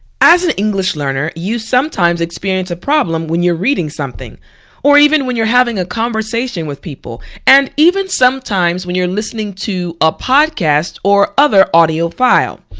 as an english learner, you sometimes experience a problem when you're reading something or even when you're having a conversation with people and even sometimes when you're listening to a podcast or other audio file.